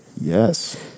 Yes